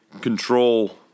control